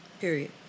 Period